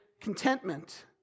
contentment